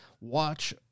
watch